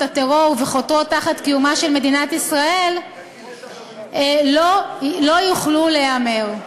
הטרור וחותרות תחת קיומה של מדינת ישראל לא יוכלו להיאמר.